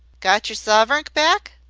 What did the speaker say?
got yer suvrink back?